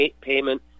payment